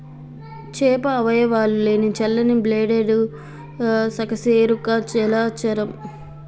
చేప అవయవాలు లేని చల్లని బ్లడెడ్ సకశేరుక జలచరం